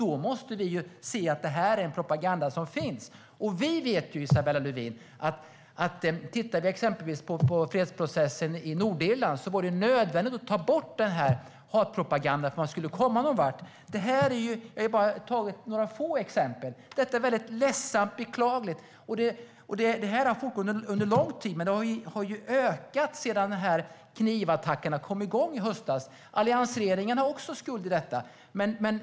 Då måste vi se att det här är en propaganda som finns. Vi vet, Isabella Lövin, att i exempelvis fredsprocessen i Nordirland var det nödvändigt att ta bort hatpropagandan för att man skulle komma någon vart. Jag har bara tagit några få exempel. Det som pågår är ledsamt och beklagligt. Det har pågått under lång tid, men det har ökat sedan knivattackerna kom igång i höstas. Alliansregeringen har också en skuld i detta.